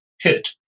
hit